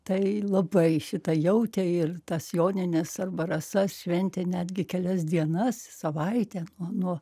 tai labai šitą jautė ir tas jonines arba rasas šventė netgi kelias dienas savaitę o nuo